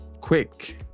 Quick